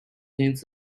against